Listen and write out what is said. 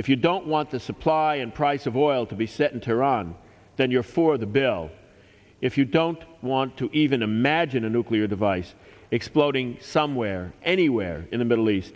if you don't want the supply and price of oil to be set in tehran then you're for the bill if you don't want to even imagine a nuclear device exploding somewhere anywhere in the middle east